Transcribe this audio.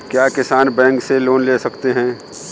क्या किसान बैंक से लोन ले सकते हैं?